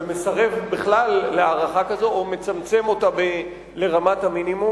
ומסרב בכלל להארכה כזאת או מצמצם אותה לרמת המינימום.